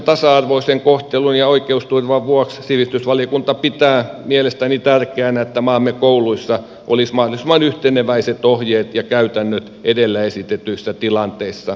tasa arvoisen kohtelun ja oikeusturvan vuoksi sivistysvaliokunta pitää tärkeänä että maamme kouluissa olisi mahdollisimman yhteneväiset ohjeet ja käytännöt edellä esitetyissä tilanteissa